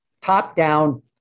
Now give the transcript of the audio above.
top-down